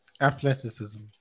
athleticism